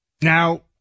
Now